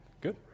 Good